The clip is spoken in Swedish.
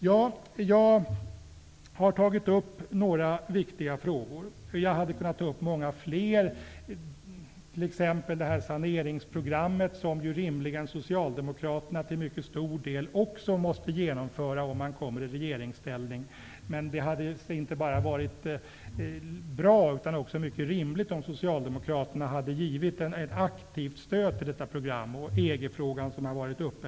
Jag har tagit upp några viktiga frågor. Jag hade kunnat ta upp många fler, t.ex. det saneringsprogram som rimligen också socialdemokraterna till mycket stor del måste genomföra, om de kommer i regeringsställning. Det hade inte bara varit bra utan också mycket rimligt att socialdemokraterna hade givit detta program ett aktivt stöd. Också EG-frågan har varit uppe.